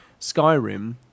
Skyrim